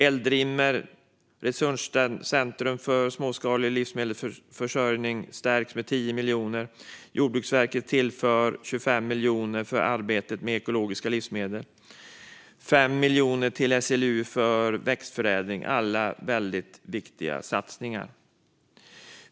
Eldrimner, det vill säga Resurscentrum för småskalig livsmedelsförädling, stärks med 10 miljoner. Jordbruksverket tillförs 25 miljoner för arbetet med ekologiska livsmedel. Vidare är det 5 miljoner till SLU för arbetet med växtförädling. De är alla mycket viktiga satsningar.